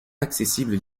accessibles